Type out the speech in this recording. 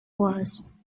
was